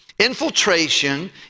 Infiltration